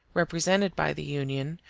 represented by the union,